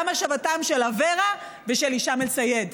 גם השבתם של אברה ושל הישאם א-סייד,